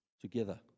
Together